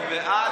אני בעד,